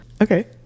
Okay